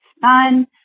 fun